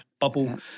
bubble